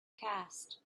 cast